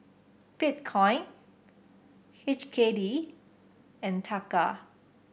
Bitcoin H K D and Taka